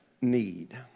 need